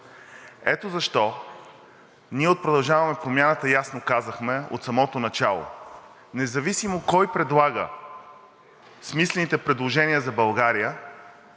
Ето защо ние от „Продължаваме Промяната“ ясно казахме от самото начало: независимо кой предлага смислените предложения за България,